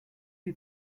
you